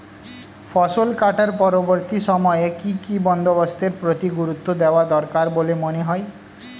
ফসল কাটার পরবর্তী সময়ে কি কি বন্দোবস্তের প্রতি গুরুত্ব দেওয়া দরকার বলে মনে হয়?